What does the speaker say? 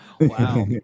Wow